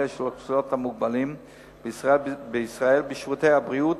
של אוכלוסיות המוגבלים בישראל בשירותי הבריאות,